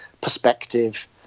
perspective